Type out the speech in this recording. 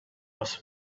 was